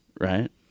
right